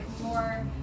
more